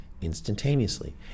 instantaneously